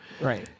Right